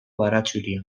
baratxuria